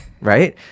right